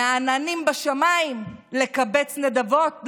מהעננים בשמיים, לקבץ נדבות?